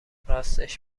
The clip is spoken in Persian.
راستش